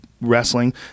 wrestling